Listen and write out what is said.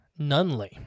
Nunley